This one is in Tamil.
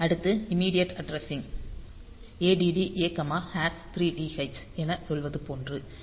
அடுத்து immediate addressing ADD A 3dh என சொல்வது போன்றது